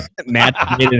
Matt